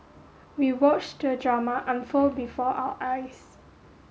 we watched the drama unfold before our eyes